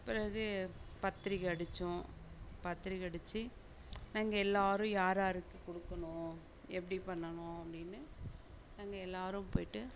பிறகு பத்திரிக்கை அடித்தோம் பத்திரிக்கை அடித்து எங்கள் எல்லாரும் யார் யாருக்கு கொடுக்கணும் எப்படி பண்ணணும் அப்படின்னு நாங்கள் எல்லாரும் போயிட்டு